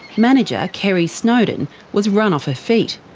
manager kerri snowdon was run off her feet,